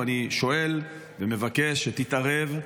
ואני שואל ומבקש שתתערב.